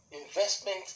investment